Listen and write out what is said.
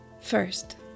First